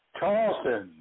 Charleston